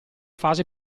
fase